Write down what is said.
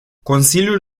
consiliul